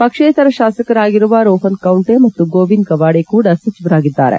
ಪಕ್ಷೇತರ ಶಾಸಕರಾಗಿರುವ ರೋಹನ್ ಕೌಂಟೆ ಮತ್ತು ಗೋವಿಂದ ಗವಾಡೆ ಕೂಡ ಸಚಿವರಾಗಿದ್ದಾರೆ